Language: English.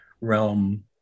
realm